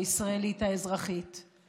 האזרחית הישראלית,